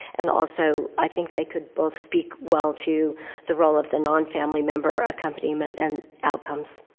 and also, i think they could both speak well to the role of the non-family member accompaniment and outcomes.